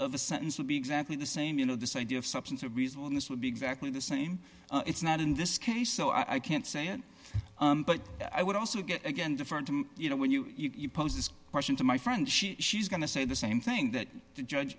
the sentence would be exactly the same you know this idea of substance abuse on this would be exactly the same it's not in this case so i can't say it but i would also get again different you know when you you pose this question to my friend she she's going to say the same thing that the judge